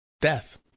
death